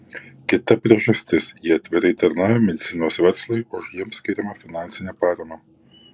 kita priežastis jie atvirai tarnauja medicinos verslui už jiems skiriamą finansinę paramą